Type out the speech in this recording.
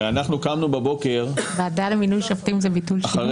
הרי אנחנו קמנו הבוקר --- ועדה למינוי שופטים זה ביטול שינוי?